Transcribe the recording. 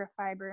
microfiber